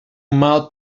mal